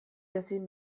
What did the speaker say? ezin